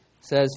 says